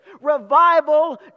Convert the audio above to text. revival